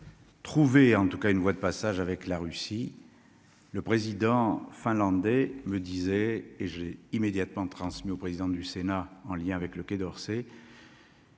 ou. Trouver en tout cas une voie de passage avec la Russie, le président finlandais me disait et j'ai immédiatement transmis au président du Sénat, en lien avec le Quai d'Orsay.